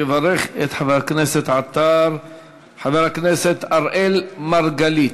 יברך את חבר הכנסת עטר חבר הכנסת אראל מרגלית.